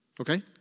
Okay